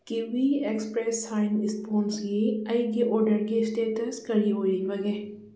kiwi Express Shine ꯏꯁꯄꯣꯟꯁꯒꯤ ꯑꯩꯒꯤ ꯑꯣꯔꯗꯔꯒꯤ ꯏꯁꯇꯦꯇꯁ ꯀꯔꯤ ꯑꯣꯏꯔꯤꯕꯒꯦ